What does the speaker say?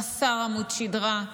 חסר עמוד שדרה,